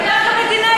הוא קנה את הקרקע?